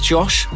Josh